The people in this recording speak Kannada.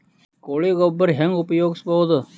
ಕೊಳಿ ಗೊಬ್ಬರ ಹೆಂಗ್ ಉಪಯೋಗಸಬಹುದು?